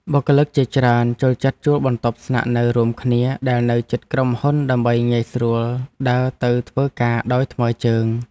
បុគ្គលិកជាច្រើនចូលចិត្តជួលបន្ទប់ស្នាក់នៅរួមគ្នាដែលនៅជិតក្រុមហ៊ុនដើម្បីងាយស្រួលដើរទៅធ្វើការដោយថ្មើរជើង។